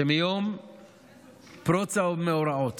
שמיום פרוץ המאורעות